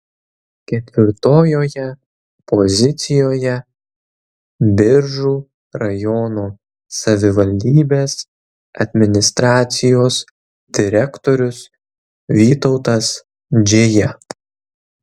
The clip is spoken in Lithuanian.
ketvirtojoje pozicijoje biržų rajono savivaldybės administracijos direktorius vytautas džėja